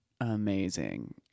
amazing